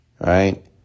right